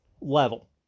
level